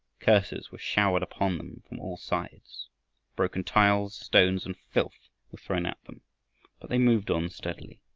curses were showered upon them from all sides broken tiles, stones, and filth were thrown at them, but they moved on steadily.